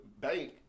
bank